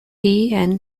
and